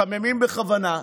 מחממים בכוונה,